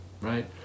right